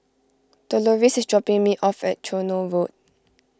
Doloris is dropping me off at Tronoh Road